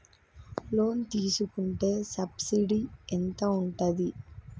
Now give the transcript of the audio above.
Loan తీసుకుంటే subsidy ఎంత ఉంటది?